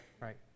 right